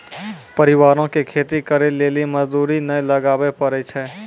परिवारो के खेती करे लेली मजदूरी नै लगाबै पड़ै छै